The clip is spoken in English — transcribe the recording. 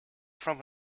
from